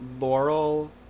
Laurel